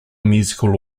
musical